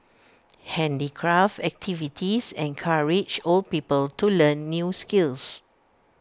handicraft activities encourage old people to learn new skills